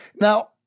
Now